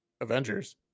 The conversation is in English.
Avengers